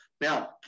now